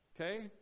Okay